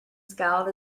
scowled